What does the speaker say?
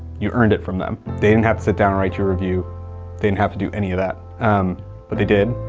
you earned it from them. they didn't have to sit down and write you a review. they didn't have to do any of that, but they did.